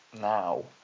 now